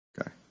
Okay